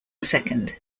second